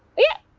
yeah.